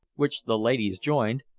which the ladies joined,